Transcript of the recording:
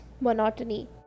monotony